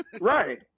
Right